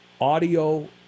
audio